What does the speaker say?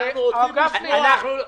ולמעשה, אנחנו מפצים בעיקר מעסיקים גדולים.